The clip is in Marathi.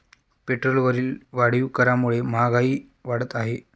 पेट्रोलवरील वाढीव करामुळे महागाई वाढत आहे